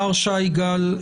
מר שי גל,